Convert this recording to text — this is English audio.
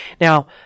Now